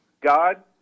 God